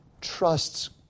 trusts